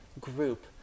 group